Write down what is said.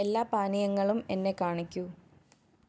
എല്ലാ പാനീയങ്ങളും എന്നെ കാണിക്കൂ